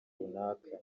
runaka